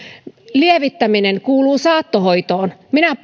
lievittäminen kuuluu saattohoitoon